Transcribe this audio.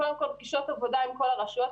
קודם כל, פגישות עבודה עם הרשויות.